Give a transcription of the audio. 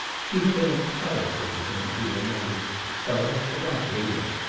she had been a quiet little thing, he remembered thorough, but not brilliant.